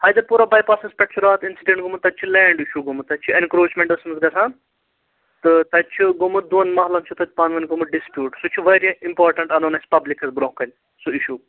حیدَر پوٗرا باے پاسَس پٮ۪ٹھ چھُ راتھ اِنسِڈنٹ گوٚمُت تَتہِ چھُ لینڈ اِشوٗ گومُت تَتہِ چھِ ایٚنکرومینٹ ٲسمٕژ گژھان تہٕ تَتہِ چھُ گومُت دۄن محلَن چھُ تَتہِ پانہٕ ؤنۍ گومُت ڈِسپیوٗٹ سُہ چھُ واریاہ اِمپاٹَنٹ اَنُن اَسہِ پَبلِکَس برونہہ کَنہِ سہ اِشوٗ